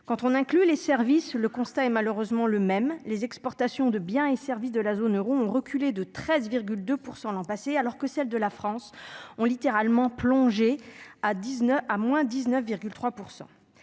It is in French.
Si l'on inclut les services, le constat est malheureusement le même : les exportations de biens et de services de la zone euro ont reculé de 13,2 % l'an passé, tandis que celles de la France ont littéralement plongé de 19,3 %.